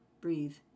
Breathe